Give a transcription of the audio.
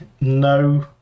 no